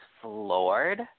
floored